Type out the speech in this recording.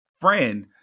friend